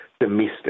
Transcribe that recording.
domestic